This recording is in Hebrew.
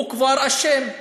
הוא כבר אשם,